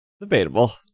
Debatable